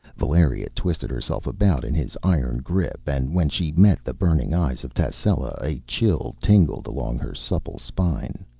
valeria twisted herself about in his iron grip, and when she met the burning eyes of tascela, a chill tingled along her supple spine.